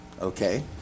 Okay